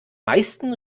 meisten